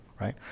right